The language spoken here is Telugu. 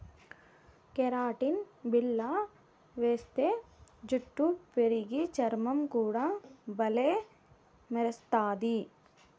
కెరటిన్ బిల్ల వేస్తే జుట్టు పెరిగి, చర్మం కూడా బల్లే మెరస్తది